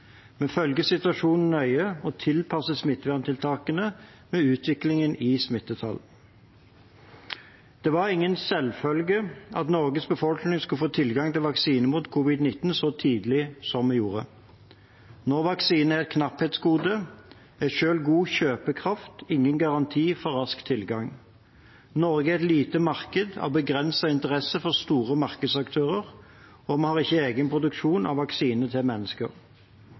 situasjonen nøye og tilpasser smitteverntiltakene etter utviklingen i smittetall. Det var ingen selvfølge at Norges befolkning skulle få tilgang til vaksine mot covid-19 så tidlig som vi gjorde. Når vaksine er et knapphetsgode, er selv god kjøpekraft ingen garanti for rask tilgang. Norge er et lite marked av begrenset interesse for store markedsaktører, og vi har ikke egen produksjon av vaksiner til mennesker.